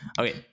Okay